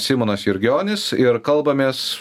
simonas jurgionis ir kalbamės